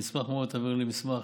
אני אשמח מאוד אם תביאו לי מסמך.